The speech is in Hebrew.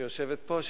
שיושבת פה,